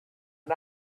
and